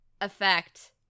effect